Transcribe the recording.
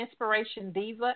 inspirationdiva